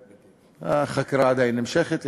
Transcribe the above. החקירה עדיין נמשכת,